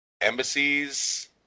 embassies